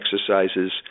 exercises